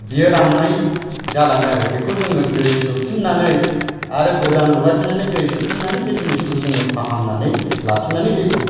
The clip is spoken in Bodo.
बियो राननाय जालाङो आरो बेखौ जोङो दै सोफिननानै आरो गोदान लगायफिननानै दै सोफिननानै बे जिनिसखौ जोङो फाहामनानै लाफिननानै दैखौ